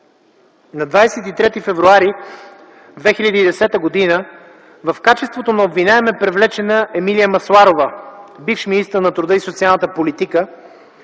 На 23 февруари 2010 г. в качеството на обвиняем е привлечена Емилия Масларова - бивш министър на труда и социалната политика,